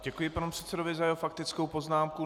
Děkuji panu předsedovi za jeho faktickou poznámku.